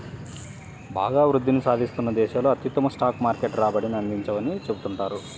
బాగా వృద్ధిని సాధిస్తున్న దేశాలు అత్యుత్తమ స్టాక్ మార్కెట్ రాబడిని అందించవని చెబుతుంటారు